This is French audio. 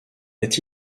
est